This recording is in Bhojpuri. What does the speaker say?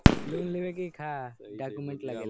लोन लेवे के का डॉक्यूमेंट लागेला?